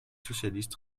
socialiste